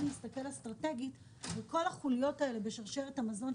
להסתכל אסטרטגית על כל החוליות בשרשרת המזון,